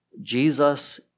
Jesus